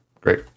Great